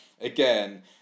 again